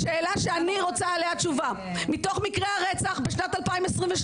השאלה שאני רוצה עליה תשובה: מתוך מקרי הרצח בשנת 2022,